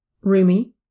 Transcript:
Rumi